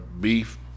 beef